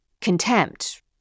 contempt